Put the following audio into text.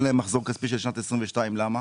אין להן מחזור כספי של שנת 2022. למה?